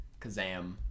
kazam